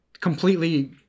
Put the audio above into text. completely